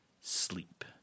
sleep